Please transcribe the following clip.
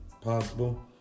possible